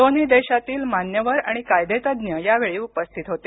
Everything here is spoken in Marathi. दोन्ही देशातील मान्यवर आणि कायदेतज्ज्ञ यावेळी उपस्थित होते